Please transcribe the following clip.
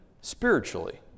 spiritually